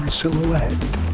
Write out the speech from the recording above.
silhouette